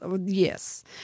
Yes